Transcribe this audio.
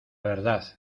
verdad